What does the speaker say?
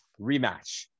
rematch